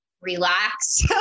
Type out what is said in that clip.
relax